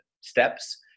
steps